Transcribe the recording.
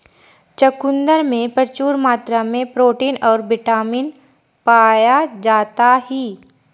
चुकंदर में प्रचूर मात्रा में प्रोटीन और बिटामिन पाया जाता ही